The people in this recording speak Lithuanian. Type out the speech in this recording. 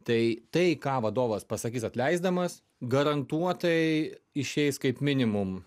tai tai ką vadovas pasakys atleisdamas garantuotai išeis kaip minimum